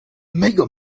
mega